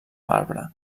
marbre